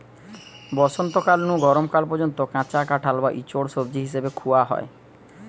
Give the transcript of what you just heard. বসন্তকাল নু গরম কাল পর্যন্ত কাঁচা কাঁঠাল বা ইচোড় সবজি হিসাবে খুয়া হয়